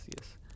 yes